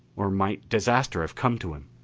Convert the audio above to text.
or might disaster have come to him?